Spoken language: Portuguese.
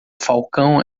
falcão